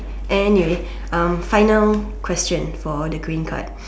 and anyway um final question for the green cards